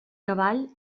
cavall